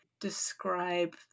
describe